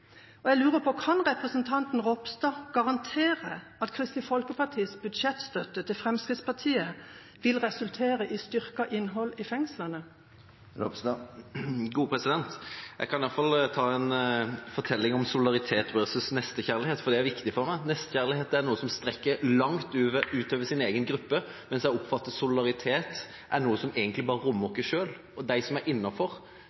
Jeg lurer på: Kan representanten Ropstad garantere at Kristelig Folkepartis budsjettstøtte til Fremskrittspartiet vil resultere i styrket innhold i fengslene? Jeg kan i alle fall ta en fortelling om solidaritet versus nestekjærlighet – for det er viktig for meg. Nestekjærlighet er noe som strekker seg langt utover ens egen gruppe, mens jeg oppfatter solidaritet som noe som egentlig bare rommer